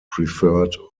preferred